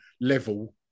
level